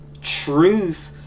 truth